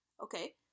Okay